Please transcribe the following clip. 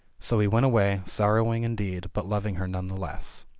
so he went away, sorrowing indeed, but lov ing her none the less.